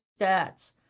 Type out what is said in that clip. stats